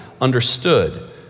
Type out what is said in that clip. understood